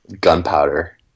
gunpowder